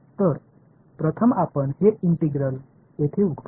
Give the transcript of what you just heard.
तर प्रथम आपण हे इंटिग्रल येथे उघडू